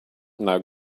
now